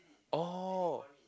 oh